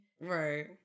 Right